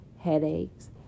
headaches